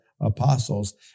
apostles